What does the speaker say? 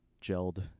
gelled